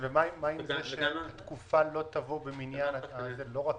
ומה עם התקופה לא תבוא במניין --- שוב,